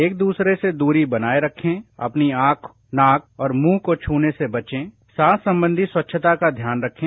एक दूसरे से दूरी बनाए रखें अपनी आंख नाक और मुंह को छूने से बचे वास संबंधी स्वच्छता का ध्यान रखें